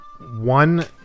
one